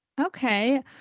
Okay